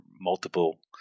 multiple